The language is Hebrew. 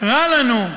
רע לנו.